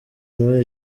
muri